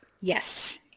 Yes